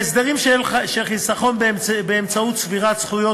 בהסדרים של חיסכון באמצעות צבירת זכויות,